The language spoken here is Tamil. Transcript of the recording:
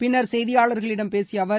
பின்னர் செய்தியாளர்களிடம் பேசிய அவர்